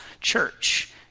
church